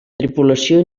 tripulació